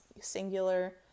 singular